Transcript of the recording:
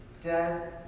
Dad